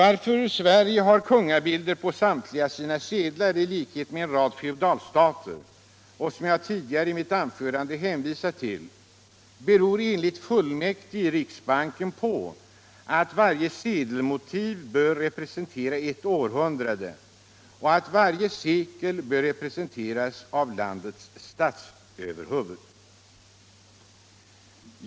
Att Sverige har kungabilder på samtliga sina sedlar i likhet med en rad feodalstater, som jag tidigare i mitt framförande hänvisat till, beror enligt fullmäktige i riksbanken på att varje sedelmotiv bör representera ett århundrade och att varje sekel bör representeras av landets statsöverhuvud.